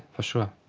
for sure.